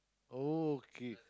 oh okay